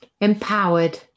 empowered